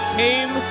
came